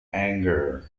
anger